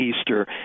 Easter